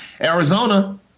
Arizona